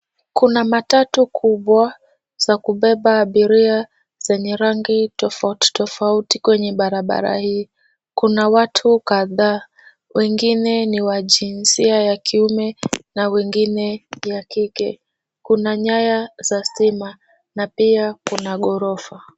Kuna matatu kubwa za kubeba abiria zenye rangi tofauti tofauti kwenye barabara hii. Kuna watu kadhaa wengine ni wa jinsia ya kiume na wengine ya kike. Kuna nyaya za stima na pia kuna ghorofa.